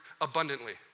abundantly